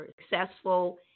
successful